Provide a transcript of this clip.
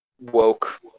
woke